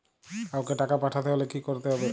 কাওকে টাকা পাঠাতে হলে কি করতে হবে?